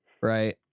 right